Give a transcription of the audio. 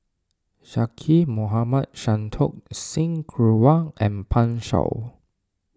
Zaqy Mohamad Santokh Singh Grewal and Pan Shou